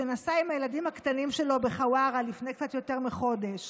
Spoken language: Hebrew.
שנסע עם הילדים הקטנים שלו בחווארה לפני קצת יותר מחודש